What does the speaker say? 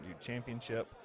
Championship